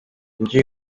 indyo